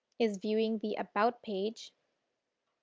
is viewing the about page